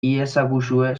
iezaguzue